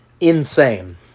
insane